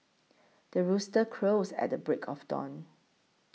the rooster crows at the break of dawn